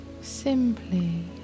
simply